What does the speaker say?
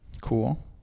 cool